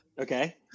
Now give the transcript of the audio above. Okay